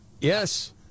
Yes